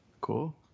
Cool